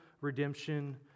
redemption